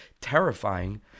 terrifying